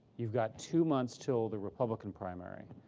you've got two months until the republican primary.